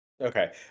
okay